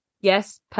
Yes